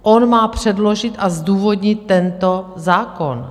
On má předložit a zdůvodnit tento zákon.